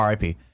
RIP